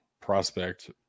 prospect